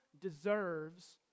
deserves